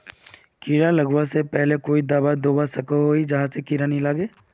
कीड़ा लगवा से पहले कोई दाबा दुबा सकोहो ही जहा से कीड़ा नी लागे?